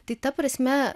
tai ta prasme